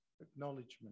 acknowledgement